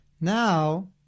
Now